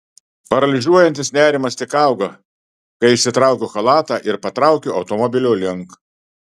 paralyžiuojantis nerimas tik auga kai išsitraukiu chalatą ir patraukiu automobilio link